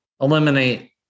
eliminate